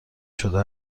شده